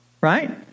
Right